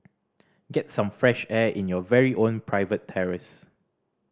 get some fresh air in your very own private terrace